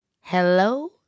Hello